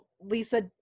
Lisa